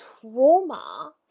trauma